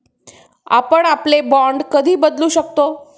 आपण आपले बाँड कधी बदलू शकतो?